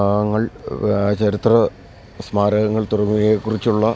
ഇങ്ങൾ ചരിത്ര സ്മാരകങ്ങൾ തുടങ്ങിയവയേ കുറിച്ചുള്ള